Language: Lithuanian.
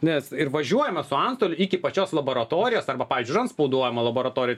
nes ir važiuojama su antstoliu iki pačios laboratorijos arba pavyzdžiui užantspauduojama laboratorijoj